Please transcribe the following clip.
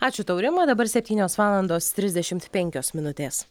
ačiū tau rima dabar septynios valandos trisdešimt penkios minutės